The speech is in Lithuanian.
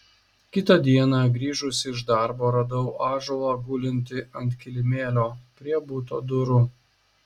kitą dieną grįžusi iš darbo radau ąžuolą gulintį ant kilimėlio prie buto durų